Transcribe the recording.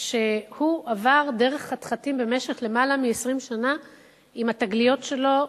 שעבר דרך חתחתים במשך למעלה מ-20 שנה עם התגליות שלו,